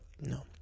no